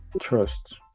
trust